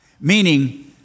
meaning